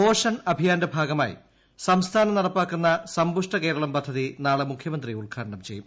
പോഷൺ അഭിയാന്റെ ഭാഗമായി സംസ്ഥാനം നടപ്പാക്കുന്ന സമ്പുഷ്ട കേരളം പദ്ധതി നാളെ മുഖ്യമന്ത്രി ഉദ്ഘാടനം ചെയ്യും